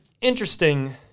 interesting